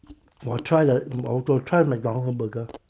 我 try 了我我 try McDonald's burger